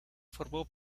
formó